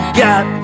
got